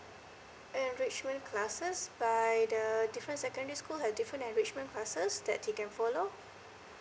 enrichment classed by the different secondary school has different enrichment classes that he can follow